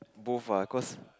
both lah cause